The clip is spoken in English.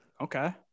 Okay